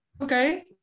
okay